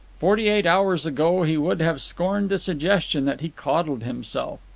forty-eight hours ago he would have scorned the suggestion that he coddled himself.